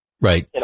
Right